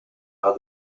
are